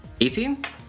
18